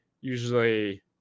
usually